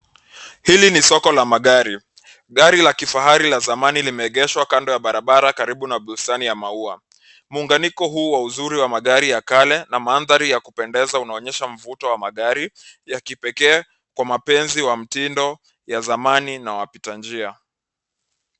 Hili ni soko la magari. Gari la kifahari la zamani limeegeshwa kando ya barabara karibu na bustani ya maua. Muunganiko huu wa uzuri wa magari ya kale na mandhari ya kupendeza unaonyesha mvuto wa magari ya kipekee kwa mapenzi wa mtindo ya zamani na wapita njia.